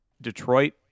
detroit